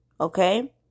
okay